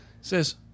says